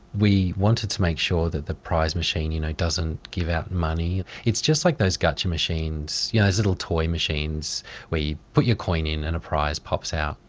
we wanted to make sure that the prize machine you know doesn't give out money. it's just like those gacha machines, yeah those little toy machines where you put your coin in and a prize pops out.